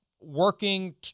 working